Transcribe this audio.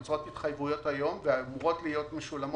שיוצרות התחייבויות היום ואמורות להיות משולמות